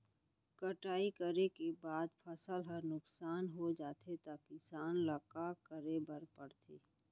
कटाई करे के बाद फसल ह नुकसान हो जाथे त किसान ल का करे बर पढ़थे?